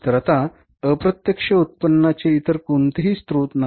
तर आता अप्रत्यक्ष उत्पन्नाचे इतर कोणतेही स्रोत नाही